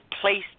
placed